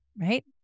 right